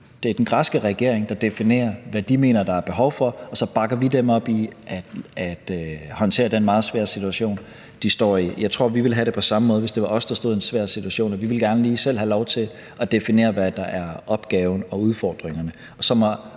det er den græske regering, der definerer, hvad de mener der er behov for. Og så bakker vi dem op i at håndtere den meget svære situation, de står i. Jeg tror, at vi ville have det på samme måde, hvis det var os, der stod i en svær situation: at vi gerne lige selv ville have lov til at definere, hvad der er opgaven og udfordringerne.